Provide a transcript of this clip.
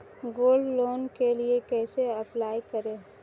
Gold loan के लिए कैसे अप्लाई करें?